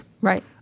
Right